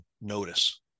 notice